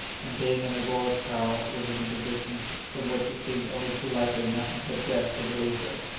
and being in negoro's power, was in a position from which it seemed only too likely nothing but death could release her.